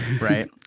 right